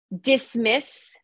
dismiss